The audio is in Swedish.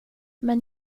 men